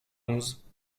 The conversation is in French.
onze